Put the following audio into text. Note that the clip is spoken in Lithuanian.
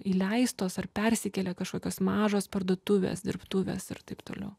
įleistos ar persikėlę kažkokios mažos parduotuvės dirbtuvės ir taip toliau